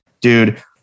dude